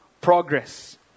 progress